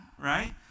right